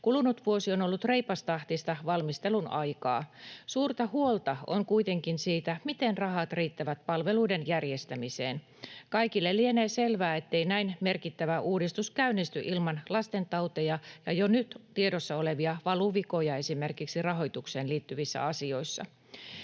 Kulunut vuosi on ollut reipastahtista valmistelun aikaa. Suurta huolta on kuitenkin siitä, miten rahat riittävät palveluiden järjestämiseen. Kaikille lienee selvää, ettei näin merkittävä uudistus käynnisty ilman lastentauteja ja jo nyt tiedossa olevia valuvikoja esimerkiksi rahoitukseen liittyvissä asioissa.